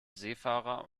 seefahrer